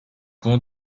bunu